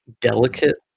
delicate